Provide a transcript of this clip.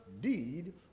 deed